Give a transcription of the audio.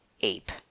ape